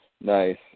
Nice